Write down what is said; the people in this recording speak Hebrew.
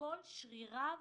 כל שריריו